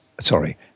Sorry